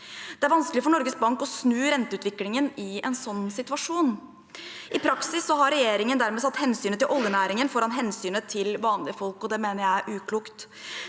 Det er vanskelig for Norges Bank å snu renteutviklingen i en sånn situasjon. I praksis har regjeringen dermed satt hensynet til oljenæringen foran hensynet til vanlige folk, og det mener jeg er uklokt.